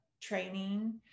training